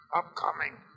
upcoming